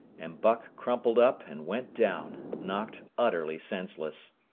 and buck crumpled up and went down, knocked utterly senseless.